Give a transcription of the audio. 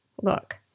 Look